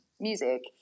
music